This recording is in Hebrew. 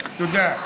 תודה.